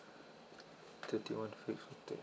thirty one fifty